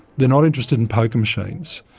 they're not interested in poker machines.